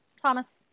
Thomas